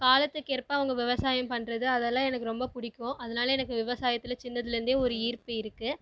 காலத்திற்கேற்ப அவங்க விவசாயம் பண்றது அதெல்லாம் எனக்கு ரொம்ப பிடிக்கும் அதனால எனக்கு விவசாயத்தில் சின்னதுலேருந்தே ஒரு ஈர்ப்பு இருக்குது